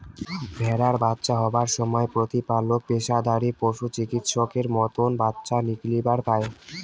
ভ্যাড়ার বাচ্চা হবার সমায় প্রতিপালক পেশাদারী পশুচিকিৎসকের মতন বাচ্চা নিকলিবার পায়